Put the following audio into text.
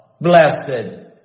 Blessed